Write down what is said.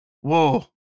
Whoa